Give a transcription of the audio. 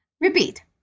Repeat